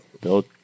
Build